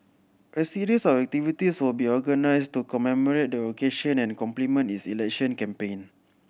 a series of activities will be organised to commemorate the occasion and complement is election campaign